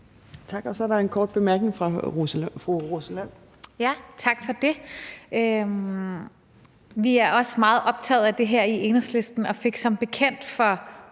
Tak. Så er der en kort bemærkning fra fru Rosa Lund. Kl. 15:03 Rosa Lund (EL): Tak for det. Vi er også meget optaget af det her i Enhedslisten og fik som bekendt for